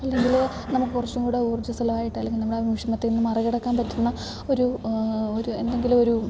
അല്ലെങ്കിൽ നമുക്ക് കുറച്ചും കൂടി ഊർജ്ജസ്വലമായിട്ട് അല്ലെങ്കിൽ നമ്മുടെ വിഷമത്തിൽ നിന്നു മറികടക്കാൻ പറ്റുന്ന ഒരു ഒരു എന്തെങ്കിലൊരു